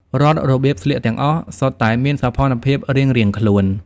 រាល់របៀបស្លៀកទាំងអស់សុទ្ធតែមានសោភ័ណភាពរៀងៗខ្លួន។